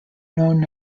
known